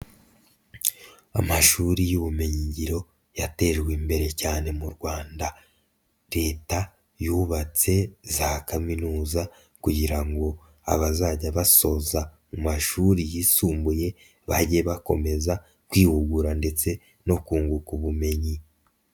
Amashuri y'ubumenyigiro yatejwe imbere cyane mu Rwanda, leta yubatse za kaminuza kugira ngo abazajya basoza mu mashuri yisumbuye bajye bakomeza kwihugura ndetse no kunguka ubumenyi.